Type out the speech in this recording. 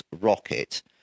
rocket